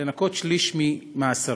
לנכות שליש ממאסרו.